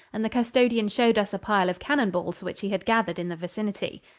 and the custodian showed us a pile of cannon balls which he had gathered in the vicinity.